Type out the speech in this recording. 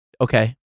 Okay